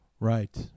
Right